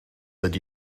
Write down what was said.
ydy